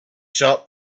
shop